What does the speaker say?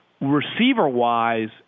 Receiver-wise